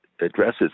addresses